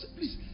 please